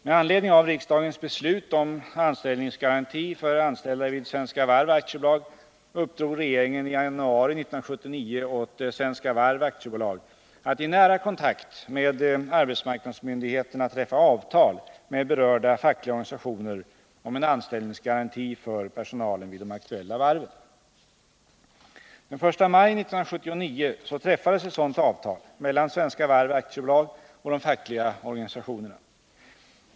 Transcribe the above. Med anledning av riksdagens beslut om anställningsgaranti för anställda vid Svenska Varv AB uppdrog regeringen i januari 1979 åt Svenska Varv AB att i nära kontakt med arbetsmarknadsmyndigheterna träffa avtal med berörda fackliga organisationer om en anställningsgaranti för personalen vid de aktuella varven. Den 1 maj 1979 träffades ett sådant avtal mellan Svenska Varv AB och de fackliga organisationerna.